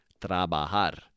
trabajar